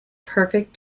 perfect